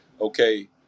okay